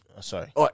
Sorry